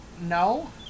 no